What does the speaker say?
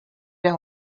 era